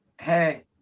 Hey